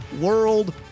world